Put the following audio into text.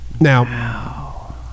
now